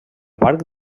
parc